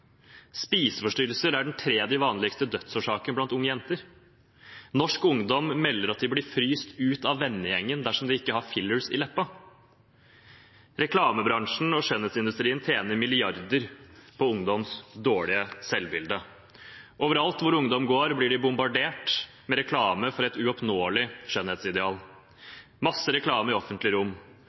Spiseforstyrrelser er den tredje vanligste dødsårsaken blant unge jenter. Norsk ungdom melder at de blir fryst ut av vennegjengen dersom de ikke har «fillers» i leppa. Reklamebransjen og skjønnhetsindustrien tjener milliarder på ungdoms dårlige selvbilde. Overalt hvor ungdom går, blir de bombardert med reklame for et uoppnåelig skjønnhetsideal. Masse reklame i offentlige rom,